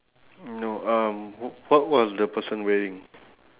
so it's eight item already